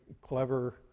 clever